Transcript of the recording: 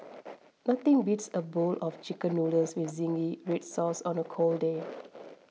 nothing beats a bowl of Chicken Noodles with Zingy Red Sauce on a cold day